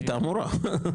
הייתה אמורה.